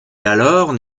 d’alors